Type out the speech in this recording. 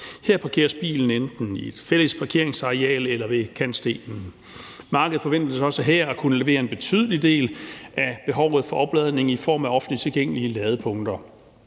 Her parkeres bilen enten på et fælles parkeringsareal eller ved kantstenen. Markedet forventes også her at kunne levere en betydelig del af behovet for opladning i form af offentligt tilgængelige ladepunkter.